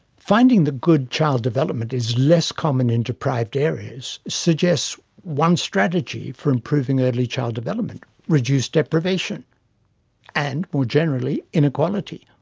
finding that good child development is less common in deprived areas suggests one strategy for improving early child development reduce deprivation and, more generally, inequality.